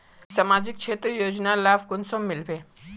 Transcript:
सामाजिक क्षेत्र योजनार लाभ कुंसम मिलबे?